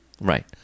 Right